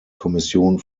kommission